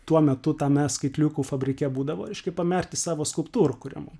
tuo metu tame skaitliukų fabrike būdavo reiškia panerti savo skulptūrų kūrimui